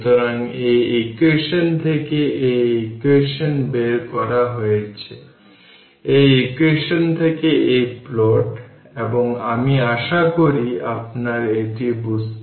সুতরাং 20 মাইক্রোফ্যারাড এবং 30 microfarad capacitor সিরিজে রয়েছে যদি দেখুন 20 এবং 30 মাইক্রোফ্যারাড ক্যাপাসিটর সিরিজে রয়েছে